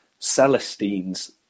Celestines